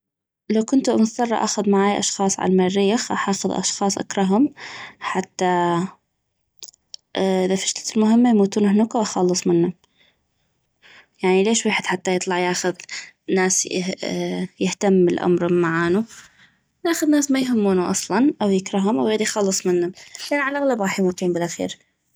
لو كنتو مضطرة اخذ معاي اشخاص عل مريخ غاح اخذ اشخاص اكرهم حتى اذا فشلت المهمة يموتون هنوك واخلص منم يعني ليش ويحد حتى يطلع ياخذ ناس يهتم لامرم معانو ياخذ ناس كا يهمونو اصلاً او يكرهم او يغيد يخلص منم لان عل اغلب غاح يموتون بالأخير